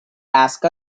ask